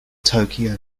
tokyo